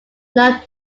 not